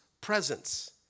presence